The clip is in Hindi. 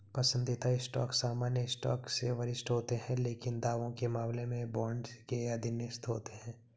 पसंदीदा स्टॉक सामान्य स्टॉक से वरिष्ठ होते हैं लेकिन दावों के मामले में बॉन्ड के अधीनस्थ होते हैं